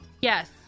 Yes